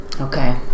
Okay